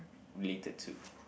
related to